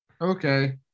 okay